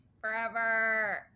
Forever